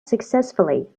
successfully